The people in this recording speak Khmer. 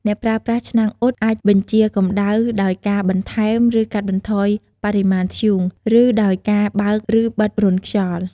អ្នកប្រើប្រាស់ឆ្នាំងអ៊ុតអាចបញ្ជាកម្ដៅដោយការបន្ថែម ឬកាត់បន្ថយបរិមាណធ្យូង ឬដោយការបើក និងបិទរន្ធខ្យល់ ។